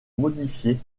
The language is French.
modifiée